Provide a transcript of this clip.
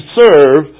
serve